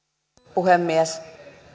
puhemies